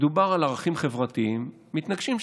מדובר על ערכים חברתיים מתנגשים,